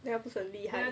那个不是很厉害